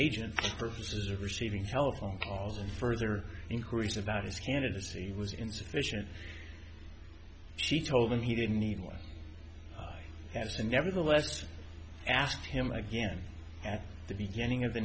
agent purposes of receiving telephone calls and further inquiries about his candidacy was insufficient she told him he didn't need more as a nevertheless i asked him again at the beginning of the